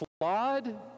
flawed